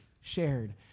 shared